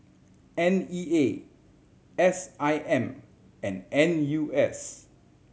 N E A S I M and N U S